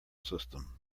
system